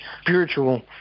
spiritual